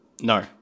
No